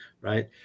right